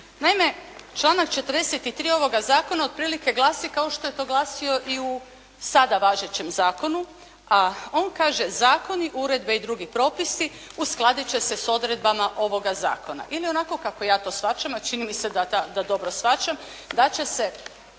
Naime, članak 43. ovoga zakona otprilike glasi kao što je to glasio i u sada važećem zakonu a on kaže: "Zakoni, uredbe i drugi propisi uskladit će se s odredbama ovoga zakona." ili onako kako ja to shvaćam a čini mi se da dobro shvaćam da će se